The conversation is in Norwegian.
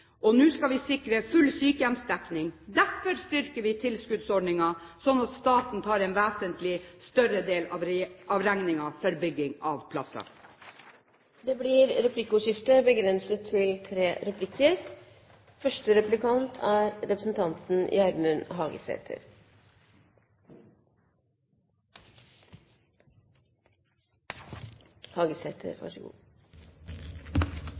Nå skal vi sikre full sykehjemsdekning. Derfor styrker vi tilskuddsordningen, slik at staten tar en vesentlig større del av regningen for bygging av plasser. Det blir replikkordskifte. I merknadene i denne innstillinga er